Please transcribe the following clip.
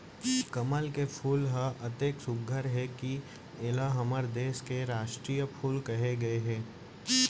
कमल के फूल ह अतेक सुग्घर हे कि एला हमर देस के रास्टीय फूल कहे गए हे